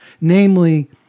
namely